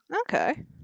Okay